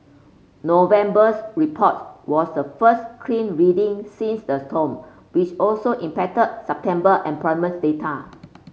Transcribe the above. November's report was the first clean reading since the storm which also impacted September employments data